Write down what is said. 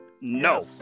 No